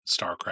StarCraft